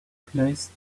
place